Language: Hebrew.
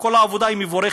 וכל העבודה מבורכת,